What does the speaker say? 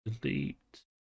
delete